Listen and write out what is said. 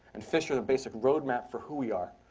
and fish are the basic roadmap for who we are,